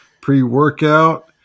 pre-workout